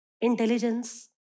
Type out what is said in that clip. intelligence